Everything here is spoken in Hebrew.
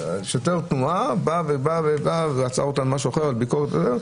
שוטר תנועה עצר אותם למשהו אחר, לביקורת.